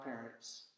parents